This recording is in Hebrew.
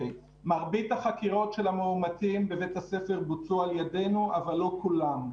מרבית החקירות של המאומתים בבית הספר בוצעו על ידינו אבל לא כולם.